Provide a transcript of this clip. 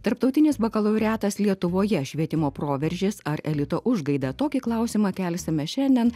tarptautinis bakalaureatas lietuvoje švietimo proveržis ar elito užgaida tokį klausimą kelsime šiandien